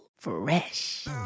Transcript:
fresh